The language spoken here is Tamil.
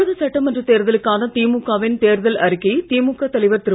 தமிழக சட்டமன்ற தேர்தலுக்கான திமுக வின் தேர்தல் அறிக்கையை திமுக தலைவர் திரு